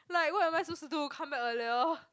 like what am I supposed to do come back earlier